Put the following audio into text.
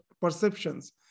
perceptions